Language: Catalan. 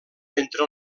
entre